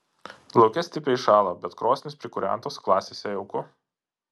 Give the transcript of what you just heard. lauke stipriai šąla bet krosnys prikūrentos klasėse jauku